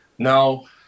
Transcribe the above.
No